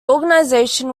organization